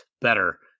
better